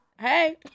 Hey